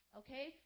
okay